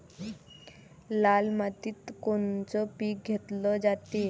लाल मातीत कोनचं पीक घेतलं जाते?